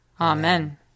Amen